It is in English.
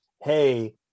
hey